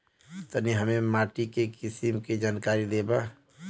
तनि हमें माटी के किसीम के जानकारी देबा?